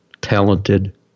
talented